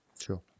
Sure